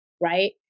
Right